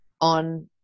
on